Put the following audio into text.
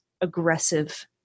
aggressive